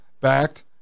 backed